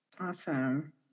Awesome